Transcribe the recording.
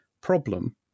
problem